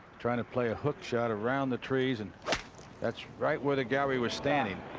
trying to play a hook shot around the trees. and that's right where the gallery was standing